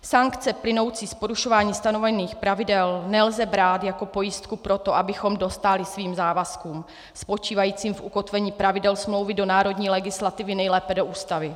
Sankce plynoucí z porušování stanovených pravidel nelze brát jako pojistku pro to, abychom dostáli svým závazkům spočívajícím v ukotvení pravidel smlouvy do národní legislativy, nejlépe do Ústavy.